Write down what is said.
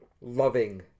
loving